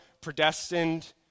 predestined